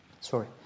Sorry